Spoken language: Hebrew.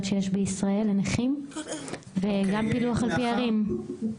שיש בישראל לנכים וגם פילוח לפי ערים?